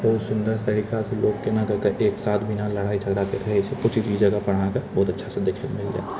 बहुत सुन्दर तरीकासँ लोक कोना कऽ कऽ एकसाथ बिना लड़ाइ झगड़ाके रहै छै ओ चीज ई जगहपर अहाँके बहुत अच्छासँ देखैलए मिल जाएत